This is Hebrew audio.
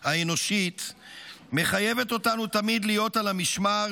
הנאצית למחבואן של משפחות פרנק,